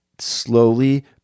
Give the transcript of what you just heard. slowly